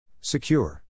Secure